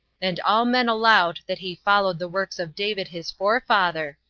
and all men allowed that he followed the works of david his forefather,